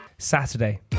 Saturday